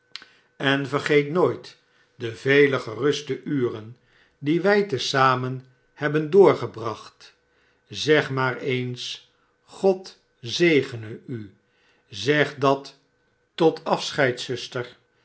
en vergeet nooit de vele geruste uren die wij te zamen hebben doorgebracht zeg maar eens god zegene u zeg dat tot